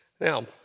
Now